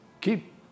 keep